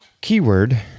Keyword